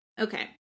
Okay